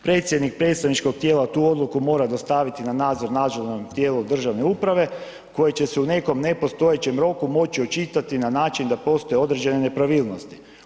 Predsjednik predstavničkog tijela tu odluku mora dostaviti na nadzor nadležnog tijelu državne uprave koje će se u nekom nepostojećem roku moći očitati na način da postoje određene nepravilnosti.